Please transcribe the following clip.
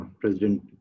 President